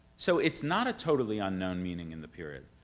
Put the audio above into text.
so it's not a totally unknown meaning in the period.